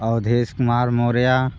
Awadhesh Kumar Maurya